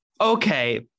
Okay